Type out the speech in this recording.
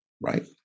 right